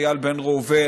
איל בן ראובן,